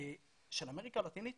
של אמריקה הלטינית